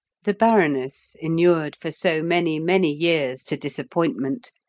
the baroness, inured for so many, many years to disappointment,